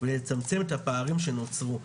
ולצמצם את הפערים שנוצרו".